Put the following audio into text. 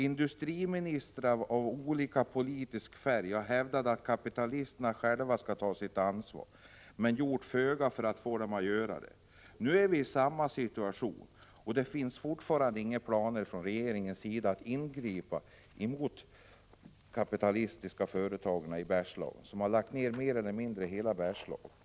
Industriministrar av olika politisk färg har hävdat att kapitalisterna själva skall ta sitt ansvar men gjort föga för att få dem att göra det. Nu är vi i den situationen igen, och regeringen har fortfarande inga planer på att ingripa mot de kapitalistiska företagen, som snart lagt ned hela Bergslagen.